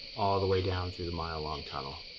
all the way down through the mile-long tunnel.